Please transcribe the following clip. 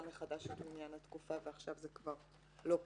מחדש את מניין התקופה ועכשיו זה כבר לא כך.